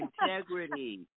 integrity